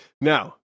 Now